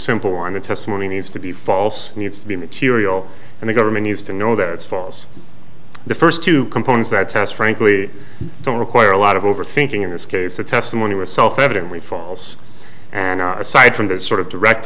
simple one the testimony needs to be false needs to be material and the government needs to know that it's falls the first two components that test frankly don't require a lot of overthinking in this case the testimony was self evident way falls and aside from the sort of direct